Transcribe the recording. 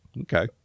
Okay